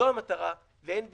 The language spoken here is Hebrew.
זו המטרה ואין בלתה.